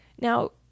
Now